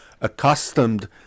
accustomed